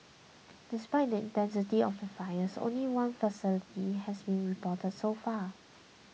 despite the intensity of the fires only one fatality has been reported so far